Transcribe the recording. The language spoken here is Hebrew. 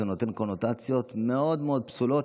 זה נותן קונוטציות מאוד פסולות,